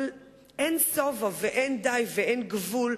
אבל אין שובע ואין די ואין גבול,